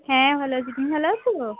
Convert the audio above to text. হ্যাঁ ভালো আছি তুমি ভালো আছো